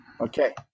Okay